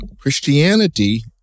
Christianity